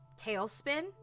Tailspin